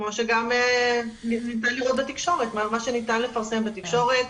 כמו שגם שנאמר בתקשורת, מה שניתן לפרסם בתקשורת.